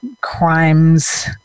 crimes